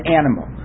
animal